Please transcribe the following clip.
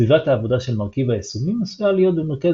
סביבת העבודה של מרכיב היישומים עשויה להיות במקרה